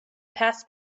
passed